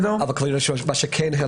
מה שכן,